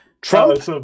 Trump